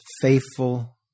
faithful